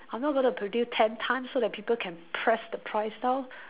I'm not going to produce ten tons so that people can press the price down